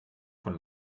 von